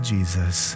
Jesus